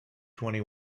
twenty